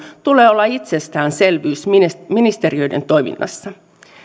tulee olla itsestäänselvyyksiä ministeriöiden toiminnassa